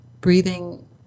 Breathing